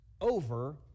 over